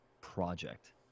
project